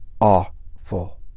Awful